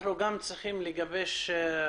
אנחנו נגבש מסמך בשם